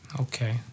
Okay